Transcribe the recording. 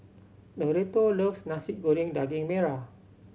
Loretto loves Nasi Goreng Daging Merah